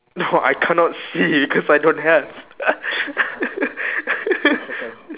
no I cannot see cause I don't have